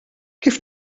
kif